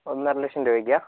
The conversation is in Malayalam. ഒന്നര ലക്ഷം രൂപയ്ക്കോ